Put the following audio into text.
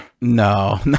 No